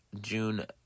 June